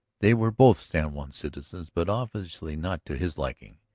they were both san juan citizens, but obviously not to his liking.